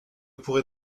pourrez